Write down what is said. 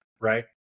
Right